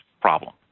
problem